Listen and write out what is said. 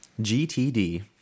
GTD